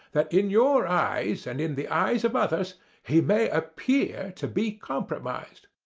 that in your eyes and in the eyes of others he may appear to be compromised.